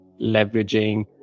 leveraging